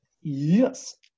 Yes